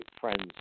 friends